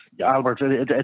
Albert